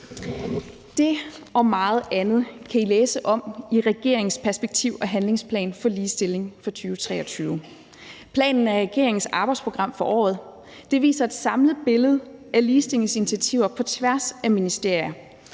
Det og meget andet kan I læse om i regeringens perspektiv- og handlingsplan for ligestilling for 2023. Planen er regeringens arbejdsprogram for året. Det viser et samlet billede af ligestillingsinitiativer på tværs af ministerier